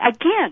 Again